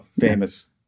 famous